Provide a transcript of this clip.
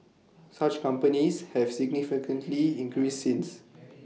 such companies have significantly increased since